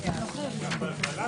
ברור.